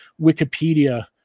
Wikipedia